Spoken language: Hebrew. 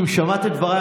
אם שמעת את דבריי,